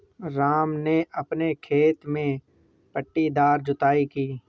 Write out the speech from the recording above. राम ने अपने खेत में पट्टीदार जुताई की